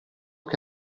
che